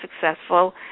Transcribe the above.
successful